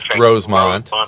Rosemont